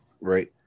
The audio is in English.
right